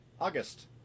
August